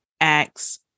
acts